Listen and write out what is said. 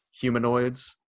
humanoids